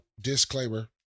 disclaimer